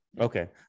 Okay